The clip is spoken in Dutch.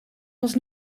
was